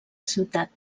ciutat